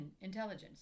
intelligence